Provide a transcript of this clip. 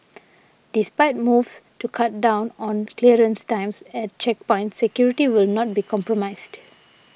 despite moves to cut down on clearance times at checkpoints security will not be compromised